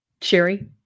Sherry